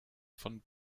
von